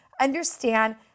understand